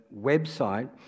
website